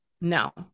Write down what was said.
No